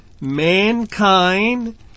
mankind